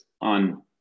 on